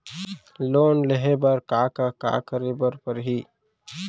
Loan लेहे बर का का का करे बर परहि?